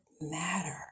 matter